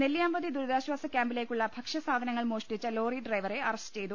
നെല്ലിയാമ്പതി ദുരിതാശ്ചാസ കൃാമ്പിലേക്കുള്ള ഭക്ഷ്യസാധ നങ്ങൾ മോഷ്ടിച്ചു ലോറി ഡ്രൈവറെ അറസ്റ്റ് ചെയ്തു